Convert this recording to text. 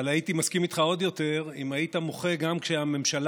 אבל הייתי מסכים איתך עוד יותר אם היית מוחה גם כשהממשלה,